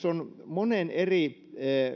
on monen eri